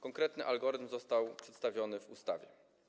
Konkretny algorytm został przedstawiony w ustawie.